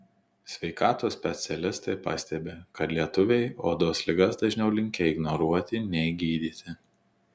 sveikatos specialistai pastebi kad lietuviai odos ligas dažniau linkę ignoruoti nei gydyti